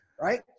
Right